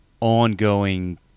ongoing